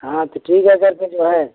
हाँ तो ठीक है सर फिर जो है